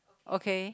okay